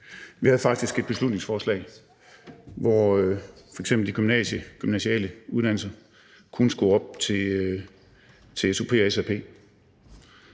Vi havde faktisk et beslutningsforslag, hvor man f.eks. på de gymnasiale uddannelser kun skulle op i SOP og SRP.